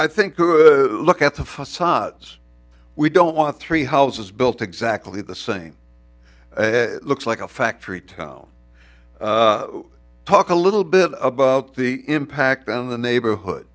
i think look at the facades we don't want three houses built exactly the same looks like a factory town talk a little bit about the impact on the neighborhood